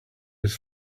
his